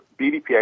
BDPA